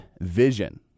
vision